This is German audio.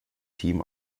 team